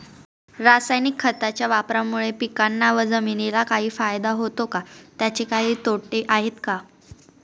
रासायनिक खताच्या वापरामुळे पिकांना व जमिनीला काही फायदा होतो का? त्याचे काही तोटे आहेत का?